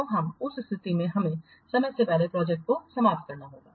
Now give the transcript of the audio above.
तो उस स्थिति में हमें समय से पहले प्रोजेक्टको समाप्त करना होगा